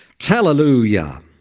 Hallelujah